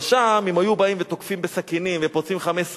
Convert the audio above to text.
אבל שם אם היו באים ותוקפים בסכינים ופוצעים 15 איש,